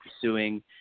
pursuing